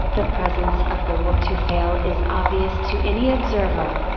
the presence of the will to fail is obvious to any observer.